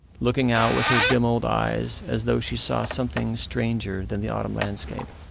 looking out with her dim old eyes as though she saw something stranger than the autumn landscape.